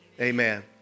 amen